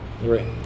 right